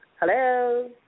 Hello